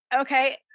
Okay